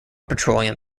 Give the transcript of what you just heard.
petroleum